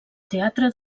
teatre